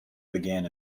began